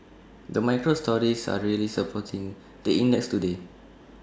the micro stories are really supporting the index today